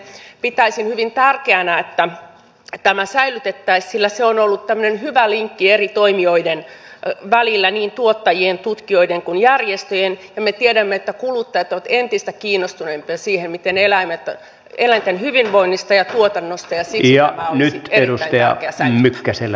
pitäisin hyvin tärkeänä että tämä säilytettäisiin sillä se on ollut hyvä linkki eri toimijoiden välillä niin tuottajien tutkijoiden kuin järjestöjen ja me tiedämme että kuluttajat ovat entistä kiinnostuneempia eläinten hyvinvoinnista ja tuotannosta ja siksi tämä olisi erittäin tärkeä säilyttää